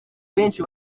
benshi